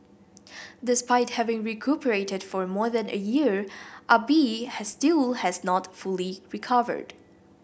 despite having recuperated for more than a year Ah Bi has still has not fully recovered